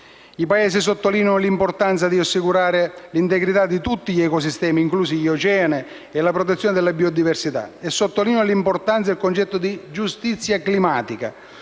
I Paesi sottolineano l'importanza di assicurare l'integrità di tutti gli ecosistemi, inclusi gli oceani e la protezione della biodiversità. E sottolineano l'importanza del concetto di «giustizia climatica»,